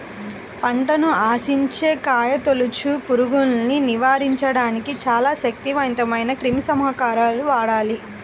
పంటను ఆశించే కాయతొలుచు పురుగుల్ని నివారించడానికి చాలా శక్తివంతమైన క్రిమిసంహారకాలను వాడాలి